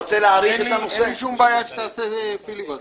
אין לי שום בעיה שתעשה פיליבאסטר,